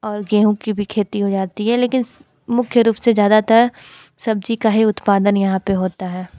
और गेहूँ की भी खेती हो जाती है लेकिन मुख्य रूप से ज़्यादातर सब्जी का ही उत्पादन यहाँ पे होता है